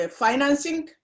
financing